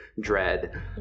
dread